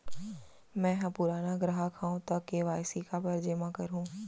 मैं ह पुराना ग्राहक हव त के.वाई.सी काबर जेमा करहुं?